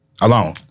alone